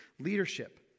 leadership